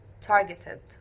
targeted